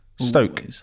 Stoke